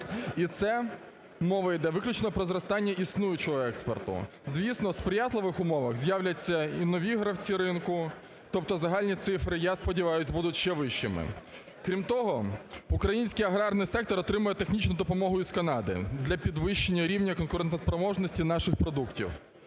і це мова іде виключно про зростання існуючого експорту. Звісно в сприятливих умовах з'являться і нові гравці ринку, тобто загальні цифри, я сподіваюсь, будуть ще вищими. Крім того, український аграрний сектор отримає технічну допомогу із Канади для підвищення рівня конкурентоспроможності наших продуктів,